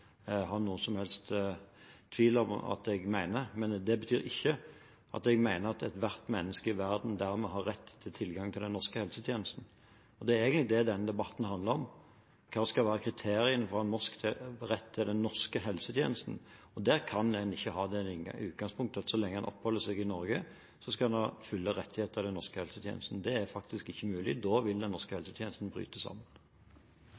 som helst tvil om at jeg mener. Men det betyr ikke at jeg mener at ethvert menneske i verden dermed har rett til tilgang til den norske helsetjenesten. Det er egentlig det denne debatten handler om. Hva skal være kriteriene for å ha rett til den norske helsetjenesten? Der kan en ikke ha det utgangspunktet at så lenge en oppholder seg i Norge, skal man ha fulle rettigheter til den norske helsetjenesten. Det er faktisk ikke mulig. Da vil det norske helsevesenet bryte sammen.